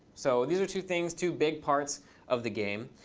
so these are two things, two big parts of the game.